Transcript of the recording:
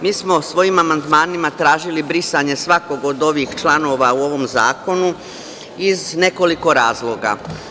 Mi smo svojim amandmanima tražili brisanje svakog od ovih članova u ovom zakonu iz nekoliko razloga.